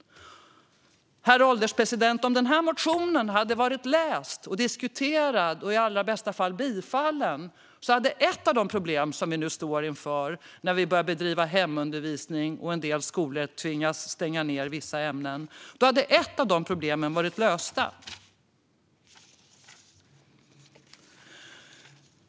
Herr ålderspresident! Om denna motion hade lästs, diskuterats och i allra bästa fall tillstyrkts hade ett av de problem som vi nu står inför, när vi börjar bedriva hemundervisning och en del skolor tvingas stänga ned vissa ämnen, varit löst.